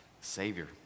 Savior